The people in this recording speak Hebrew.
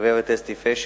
הגברת אסתי פשין,